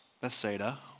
Bethsaida